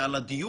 תאגידי.